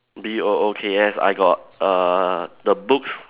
B O O K S I got err the books